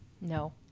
no